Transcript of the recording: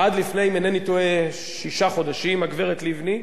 עד לפני, אם אינני טועה, שישה חודשים, הגברת לבני,